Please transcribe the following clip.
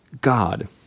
God